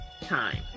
time